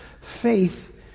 faith